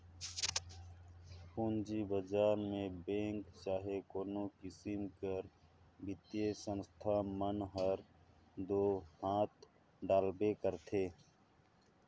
पूंजी बजार में बेंक चहे कोनो किसिम कर बित्तीय संस्था मन हर दो हांथ डालबे करथे